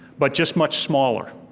but just much smaller,